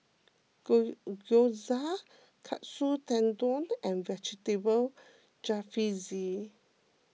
Gyoza Katsu Tendon and Vegetable Jalfrezi